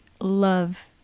love